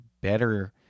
better